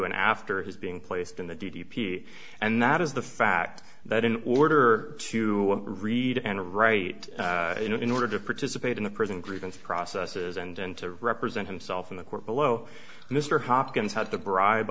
and after his being placed in the d d p and that is the fact that in order to read and write in order to participate in the prison grievance processes and to represent himself in the court below mr hopkins had to bribe